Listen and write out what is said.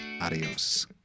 Adios